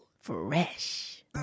Fresh